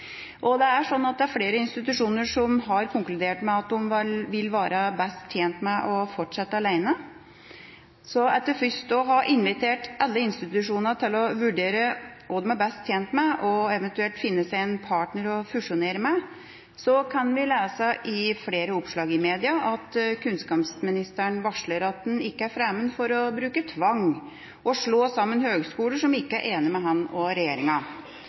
og Fjordane. Det er flere institusjoner som har konkludert med at de vil være best tjent med å fortsette alene. Etter at han først har invitert alle institusjoner til å vurdere hva de er best tjent med, og eventuelt finne seg en partner å fusjonere med, kan vi i flere oppslag i media lese at kunnskapsministeren varsler at han ikke er fremmed for å bruke tvang, og slå sammen høgskoler som ikke er enig med ham og regjeringa: